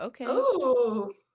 Okay